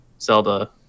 Zelda